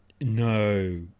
No